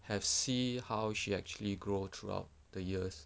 have see how she actually grow throughout the years